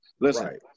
Listen